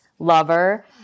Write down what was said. lover